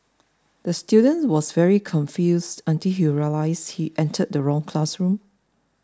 the student was very confused until he realised he entered the wrong classroom